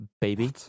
Baby